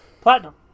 Platinum